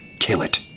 kill it,